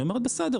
היא אומרת בסדר,